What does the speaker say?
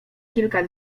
kilka